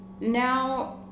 now